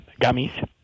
gummies